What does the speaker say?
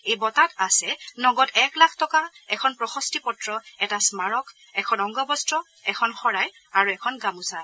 এই বঁটাত আছে নগদ এক লাখ টকা এখন প্ৰশস্তি পত্ৰ এটা স্মাৰক এখন অংগবস্ত্ৰ এখন শৰাই আৰু এখন গামোচা